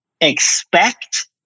expect